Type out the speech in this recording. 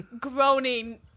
groaning